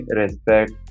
respect